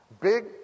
Big